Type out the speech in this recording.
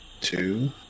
Two